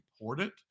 important